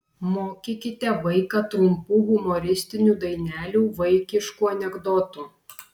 mokykite vaiką trumpų humoristinių dainelių vaikiškų anekdotų